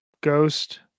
ghost